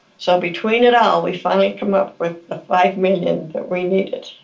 so between it all, we've finally come up with the five million that we needed,